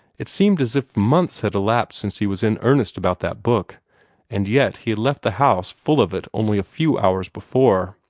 it seemed as if months had elapsed since he was in earnest about that book and yet he had left the house full of it only a few hours before.